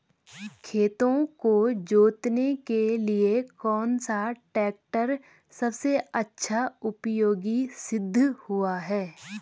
खेतों को जोतने के लिए कौन सा टैक्टर सबसे अच्छा उपयोगी सिद्ध हुआ है?